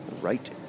Right